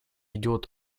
идет